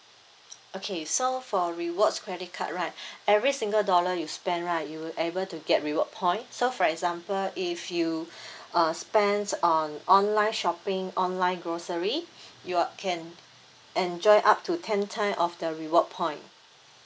okay so for rewards credit card right every single dollar you spend right you will be able to get reward point so for example if you uh spends on online shopping online grocery you're can enjoy up to ten time of the reward point